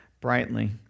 brightly